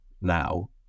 now